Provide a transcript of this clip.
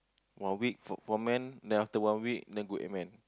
one week for one man then after one week then go amen